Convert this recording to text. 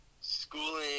schooling